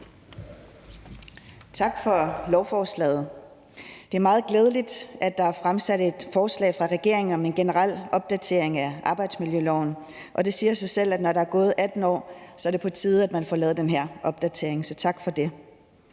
Tak for lovforslaget. Det er meget glædeligt, at der er fremsat et forslag fra regeringen om en generel opdatering af arbejdsmiljøloven, og det siger sig selv, at når der er gået 18 år, er det på tide, at man får lavet den her opdatering. Så tak for det.